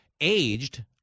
aged